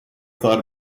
thought